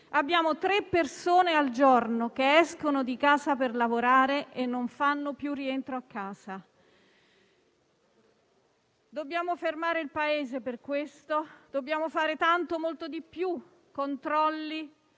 Abbiamo tre persone al giorno che escono di casa per lavorare e non vi fanno più rientro. Dobbiamo fermare il Paese per questo. Dobbiamo fare tanto, molto di più. Quanto ai